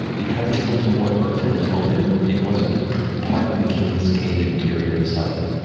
because it looked more earthen and opened, it wasn't part of the king's cage interior itself.